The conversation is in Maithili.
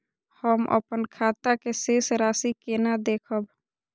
हम अपन खाता के शेष राशि केना देखब?